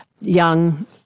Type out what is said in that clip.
young